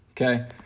okay